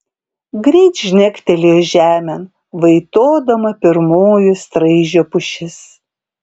greit žnegtelėjo žemėn vaitodama pirmoji straižio pušis